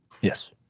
Yes